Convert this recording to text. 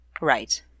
Right